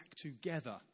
together